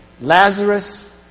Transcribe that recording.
Lazarus